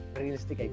realistic